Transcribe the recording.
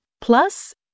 Plus